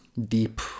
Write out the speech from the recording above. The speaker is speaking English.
deep